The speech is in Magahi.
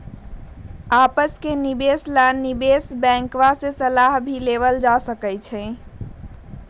आपस के निवेश ला निवेश बैंकवा से सलाह भी लेवल जा सका हई